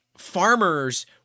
Farmers